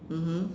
mmhmm